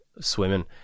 swimming